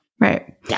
Right